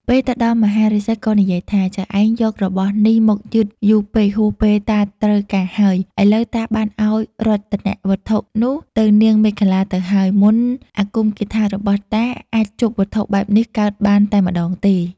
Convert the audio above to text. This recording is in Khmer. ពេលទៅដល់មហាឫសីក៏និយាយថា ចៅឯងយករបស់នេះមកយឺតយូរពេកហួសពេលតាត្រូវការហើយ ឥឡូវតាបានឱ្យរតនវត្ថុនោះទៅនាងមេខលាទៅហើយ មន្តអាគមគាថារបស់តាអាចជប់វត្ថុបែបនេះកើតបានតែម្ដងទេ។